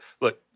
Look